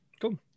Cool